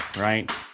right